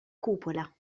cupola